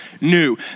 new